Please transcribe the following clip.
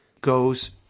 goes